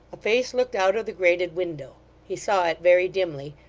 a face looked out of the grated window he saw it very dimly,